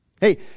Hey